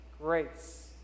grace